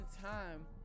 time